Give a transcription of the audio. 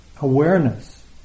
awareness